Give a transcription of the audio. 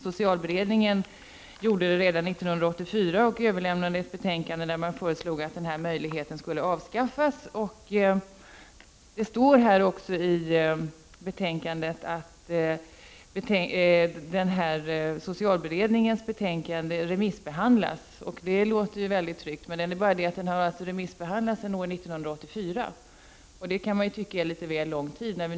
Socialberedningen gjorde det redan 1984 och överlämnade ett betänkande där man föreslog att den här möjligheten skulle avskaffas. I socialutskottets betänkande sägs att socialberedningens betänkande har remissbehandlats. Det låter mycket tryggt. Betänkandet har dock remissbehandlats sedan år 1984, och det har tagit litet väl lång tid.